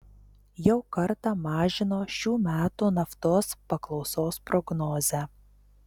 jau kartą mažino šių metų naftos paklausos prognozę